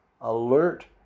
alert